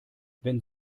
wenn